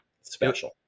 special